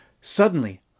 Suddenly